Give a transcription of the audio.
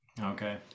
Okay